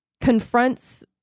confronts